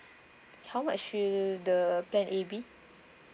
how much will the plan A be